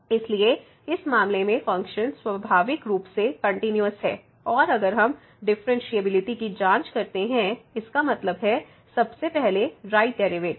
इसलिए इस मामले में फ़ंक्शन स्वाभाविक रूप से कंटिन्यूस है और अगर हम डिफ़्फ़रेनशियेबिलिटी की जांच करते हैं इसका मतलब है सबसे पहले राइट डेरिवैटिव